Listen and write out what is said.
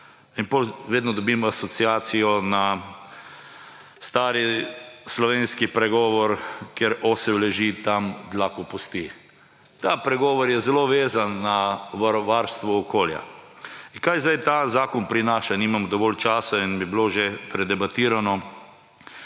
In potem vedno dobim asociacijo na stari slovenski pregovor Kjer osel leži, tam dlako pusti. Ta pregovor je zelo vezan na varstvo okolja. Kaj zdaj ta zakon prinaša? Nimam dovolj časa in je bilo že predebatirano,